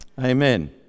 amen